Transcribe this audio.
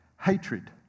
hatred